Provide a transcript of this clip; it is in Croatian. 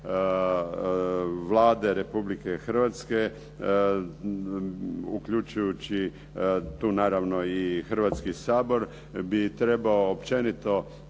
Vlade Republike Hrvatske uključujući tu naravno i Hrvatski sabor bi trebao općenito